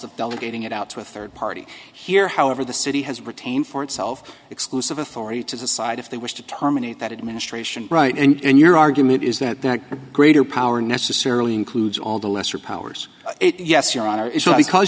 of delegating it out to a third party here however the city has retained for itself exclusive authority to decide if they wish to terminate that administration right and your argument is that that greater power necessarily includes all the lesser powers yes your honor